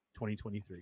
2023